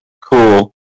cool